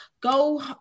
go